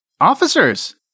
Officers